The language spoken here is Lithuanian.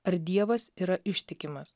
ar dievas yra ištikimas